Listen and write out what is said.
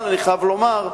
אבל אני חייב לומר,